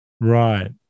Right